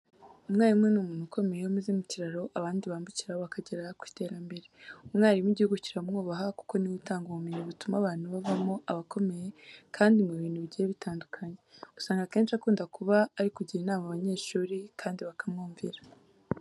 Umwarimu ni umuntu ukomeye umeze nk'ikiraro abandi bambukiraho bakagera ku iterambere. Umwarimu igihugu kiramwubaha kuko ni we utanga ubumenyi butuma abantu bavamo abakomeye kandi mu bintu bigiye bitandukanye. Usanga akenshi akunda kuba ari kugira inama abanyeshuri kandi bakamwumvira.